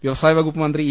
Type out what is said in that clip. വ്യവസായ വകുപ്പ് മന്ത്രി ഇ